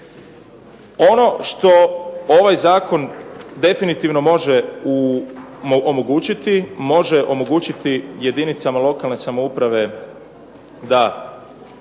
Ono što ovaj Zakon definitivno može omogućiti, može omogućiti jedinicama lokalne samouprave da